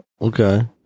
Okay